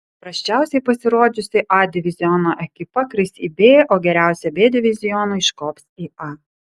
prasčiausiai pasirodžiusi a diviziono ekipa kris į b o geriausia b diviziono iškops į a